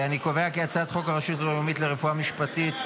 אני קובע כי הצעת חוק הרשות הלאומית לרפואה משפטית,